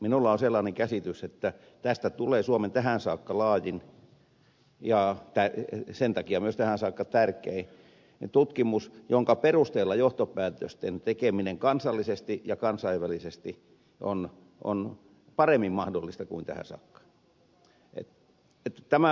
minulla on sellainen käsitys että tästä tulee suomen tähän saakka laajin ja sen takia myös tähän saakka tärkein tutkimus jonka perusteella johtopäätösten tekeminen kansallisesti ja kansainvälisesti on paremmin mahdollista kuin tähän saakka